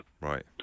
Right